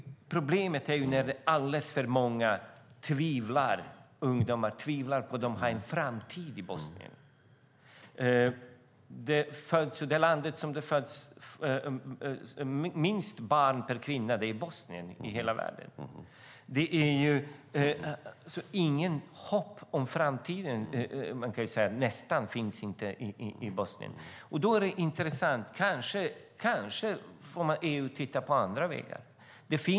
Problemet är att alldeles för många ungdomar tvivlar på att de har en framtid i Bosnien. Det land i världen där det föds lägst antal barn per kvinna är Bosnien. Det finns nästan inget hopp om framtiden i Bosnien. Kanske får EU titta på andra vägar.